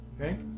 Okay